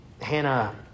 Hannah